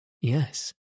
Yes